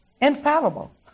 infallible